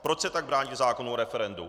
Proč se tak brání zákonu o referendu?